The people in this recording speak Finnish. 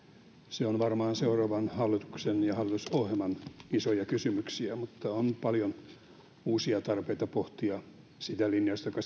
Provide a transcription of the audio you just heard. se on varmaan seuraavan hallituksen ja hallitusohjelman isoja kysymyksiä mutta on paljon uusia tarpeita pohtia sitä linjausta joka